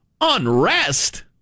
unrest